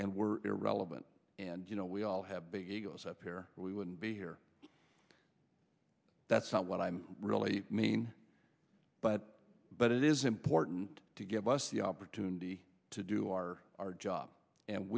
we're irrelevant and you know we all have big egos up here we wouldn't be here that's not what i'm really mean but but it is important to give us the opportunity to do our job and